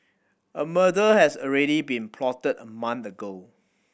a murder has already been plotted a month ago